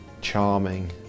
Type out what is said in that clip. charming